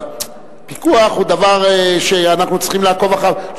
אבל פיקוח הוא דבר שאנחנו צריכים לעקוב אחריו,